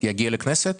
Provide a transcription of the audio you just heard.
יגיע לכנסת?